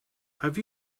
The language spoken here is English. have